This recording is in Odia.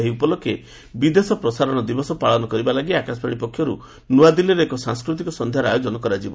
ଏହି ଉପଲକ୍ଷେ ବିଦେଶ ପ୍ରସାରଣ ଦିବସ ପାଳନ କରିବା ଲାଗି ଆକାଶବାଣୀ ପକ୍ଷରୁ ନୂଆଦିଲ୍ଲୀରେ ଏକ ସାଂସ୍କୃତିକ ସନ୍ଧ୍ୟାର ଆୟୋଜନ କରାଯିବ